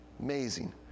Amazing